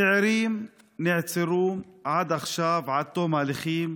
צעירים נעצרו עד עכשיו, עד תום ההליכים.